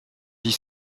dit